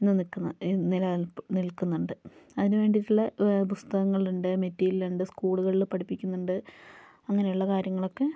ഇന്ന് നിൽക്കുന്ന ഇ നിലനിൽപ്പ് നിൽക്കുന്നുണ്ട് അതിന് വേണ്ടിയിട്ടുള്ള പുസ്തകങ്ങളുണ്ട് മെറ്റീരിയലുണ്ട് സ്കൂളുകളിൽ പഠിപ്പിക്കുന്നുണ്ട് അങ്ങനെയുള്ള കാര്യങ്ങളൊക്കെ